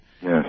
Yes